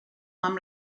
amb